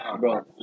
bro